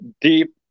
deep